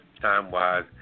time-wise